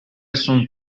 sunt